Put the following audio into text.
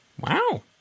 Wow